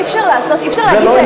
מול הציבור אי-אפשר להגיד את האמת?